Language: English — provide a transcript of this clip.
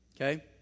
okay